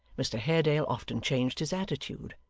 mr haredale often changed his attitude,